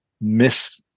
miss